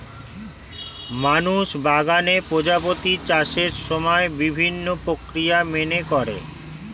মানুষ বাগানে প্রজাপতির চাষের সময় বিভিন্ন প্রক্রিয়া মেনে করে